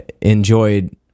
enjoyed